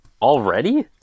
Already